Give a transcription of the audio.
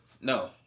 No